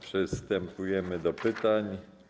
Przystępujemy do pytań.